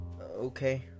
okay